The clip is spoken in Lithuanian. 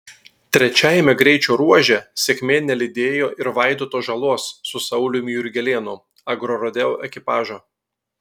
trečiajame greičio ruože sėkmė nelydėjo ir vaidoto žalos su sauliumi jurgelėnu agrorodeo ekipažo